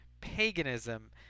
paganism